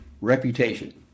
reputation